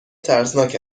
ترسناک